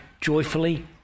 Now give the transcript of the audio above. joyfully